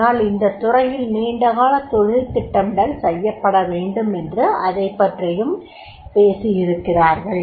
ஆனால் இந்தத் துறையில் நீண்டகால தொழில் திட்டமிடல் செய்யப்பட வேண்டும் என்று அதைபற்றிப் பேசியும் இருக்கிறார்கள்